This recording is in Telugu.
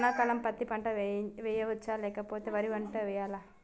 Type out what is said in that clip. వానాకాలం పత్తి పంట వేయవచ్చ లేక వరి పంట వేయాలా?